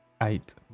Eight